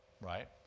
Right